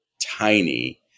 tiny